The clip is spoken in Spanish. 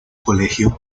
colegio